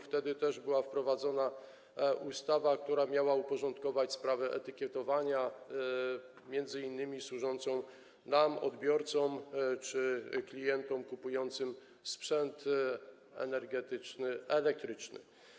Wtedy była wprowadzona ustawa, która też miała uporządkować sprawę etykietowania, m.in. służącą nam, odbiorcom czy klientom kupującym sprzęt elektryczny.